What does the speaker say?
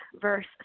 verse